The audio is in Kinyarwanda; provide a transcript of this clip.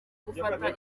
gufata